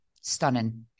stunning